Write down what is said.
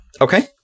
Okay